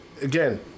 again